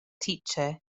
teacher